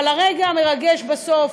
אבל הרגע המרגש בסוף,